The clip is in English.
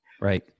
Right